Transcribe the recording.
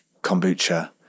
kombucha